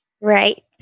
Right